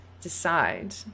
decide